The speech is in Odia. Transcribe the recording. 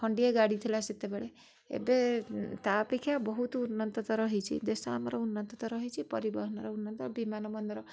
ଖଣ୍ଡିଏ ଗାଡ଼ି ଥିଲା ସେତେବେଳେ ଏବେ ତା ଅପେକ୍ଷା ବହୁତ ଉନ୍ନତତର ହେଇଛି ଦେଶ ଆମର ଉନ୍ନତତର ହେଇଛି ପରିବହନର ଉନ୍ନତ ବିମାନବନ୍ଦର